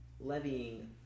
levying